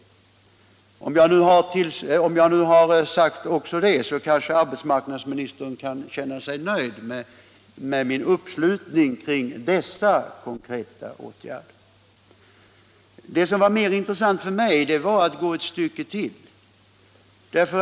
När jag nu har sagt även detta, kanske arbetsmarknadsministern kan känna sig nöjd med min uppslutning kring dessa konkreta åtgärder. Mer intressant för mig var att gå ett stycke längre.